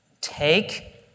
Take